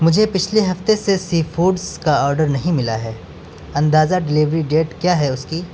مجھے پچھلے ہفتے سے سی فوڈس کا آڈر نہیں ملا ہے اندازہ ڈلیوری ڈیٹ کیا ہے اس کی